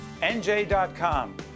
NJ.com